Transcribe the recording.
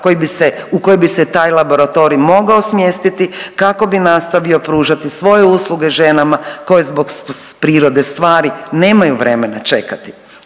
u koji bi se taj laboratorij mogao smjestiti kako bi nastavio pružati svoje usluge ženama koje zbog prirode stvari nemaju vremena čekati.